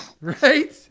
Right